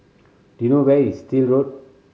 do you know where is Still Road